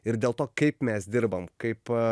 ir dėl to kaip mes dirbam kaip